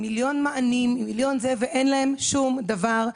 עם מיליון מענים ועם שפע של זה ואין להן שום דבר.